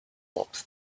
locked